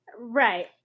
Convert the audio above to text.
Right